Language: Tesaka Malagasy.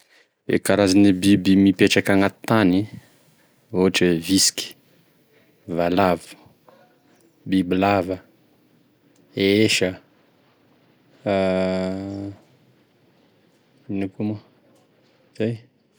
E karazan'e biby mipetraka agnaty tany, ohatra hoe visiky, valavo, bibilava, esa ino koa moa, zay.